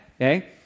okay